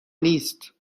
نیست